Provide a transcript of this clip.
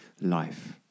life